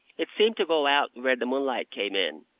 it seemed to go out where the moonlight came in,